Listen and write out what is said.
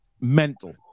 Mental